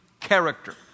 character